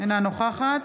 אינה נוכחת